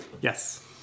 Yes